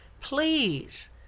please